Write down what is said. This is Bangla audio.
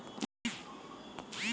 মালচিং পেপারে শসা চাষের সুবিধা কি?